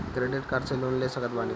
Credit card से loan ले सकत बानी?